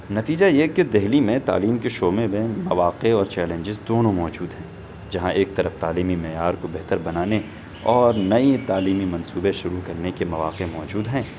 نتیجہ یہ کہ دہلی میں تعلیم کے شعبے میں مواقع اور چیلنجیز دونوں موجود ہیں جہاں ایک طرف تعلیمی معیار کو بہتر بنانے اور نئی تعلیمی منصوبے شروع کرنے کے مواقع موجود ہیں